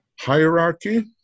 hierarchy